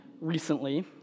recently